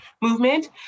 movement